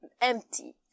empty